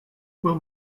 will